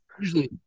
usually